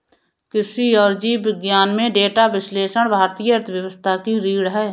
कृषि और जीव विज्ञान में डेटा विश्लेषण भारतीय अर्थव्यवस्था की रीढ़ है